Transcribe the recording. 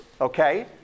okay